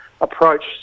approach